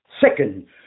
second